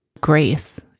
grace